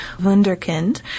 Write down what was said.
wunderkind